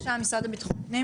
הערנו על זה,